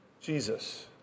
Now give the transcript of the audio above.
Jesus